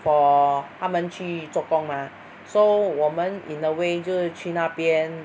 for 他们去做工 mah so 我们 in a way 就是去那边